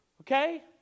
Okay